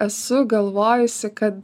esu galvojusi kad